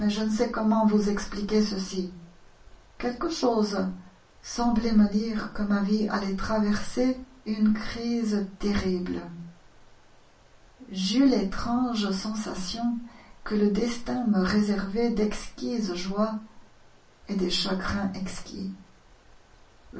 je ne sais comment vous expliquer ceci quelque chose semblait me dire que ma vie allait traverser une crise terrible j'eus l'étrange sensation que le destin me réservait d'exquises joies et des chagrins exquis